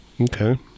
Okay